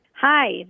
Hi